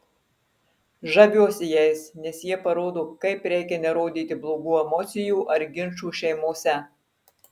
žaviuosi jais nes jie parodo kaip reikia nerodyti blogų emocijų ar ginčų šeimose